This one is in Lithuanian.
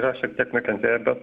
yra šiek tiek nukentėję bet